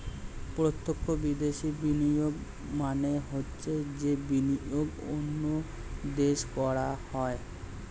প্রত্যক্ষ বিদেশি বিনিয়োগ মানে হচ্ছে যে বিনিয়োগ অন্য দেশে করা হয়